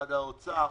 ממשרד האוצר,